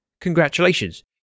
Congratulations